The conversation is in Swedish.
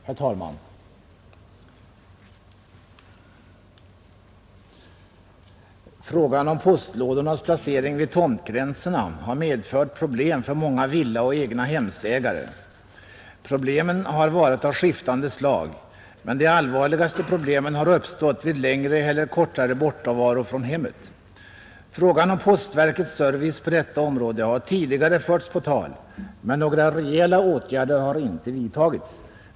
Herr talman! Frågan om postlådornas placering vid tomtgränserna har medfört problem för många villaoch egnahemsägare. Problemen har varit av skiftande slag, men de allvarligaste problemen har uppstått vid längre eller kortare bortavaro från hemmet. Frågan om postverkets service på detta område har tidigare förts på tal, men några reella åtgärder har inte vidtagits.